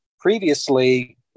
previously